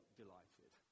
delighted